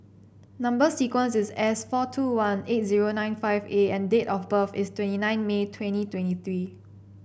number sequence is S four two one eight zero nine five A and date of birth is twenty nine May twenty twenty three